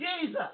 Jesus